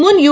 മുൻ യു